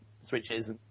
switches